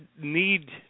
need